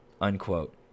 unquote